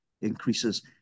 increases